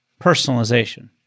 personalization